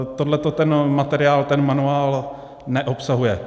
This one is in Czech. Tohle ten materiál, ten manuál neobsahuje.